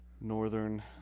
Northern